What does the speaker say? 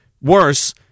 worse